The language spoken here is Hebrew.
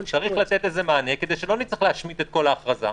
צריך לתת על זה מענה כדי שלא נצטרך להשמיט את כל ההכרזה.